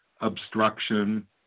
obstruction